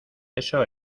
eso